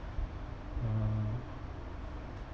uh